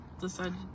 decided